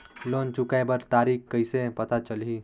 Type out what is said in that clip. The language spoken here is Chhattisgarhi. लोन चुकाय कर तारीक कइसे पता चलही?